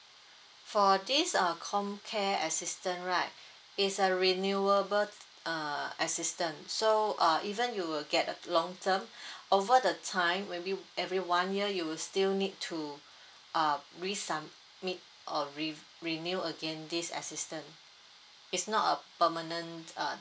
for this err comcare assistance right is a renewable err assistant so uh even you will get a long term over the time every every one year you will still need to uh resubmit or re~ renew again this assistance it's not a permanent uh